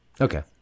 Okay